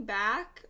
back